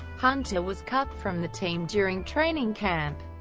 hunter was cut from the team during training camp,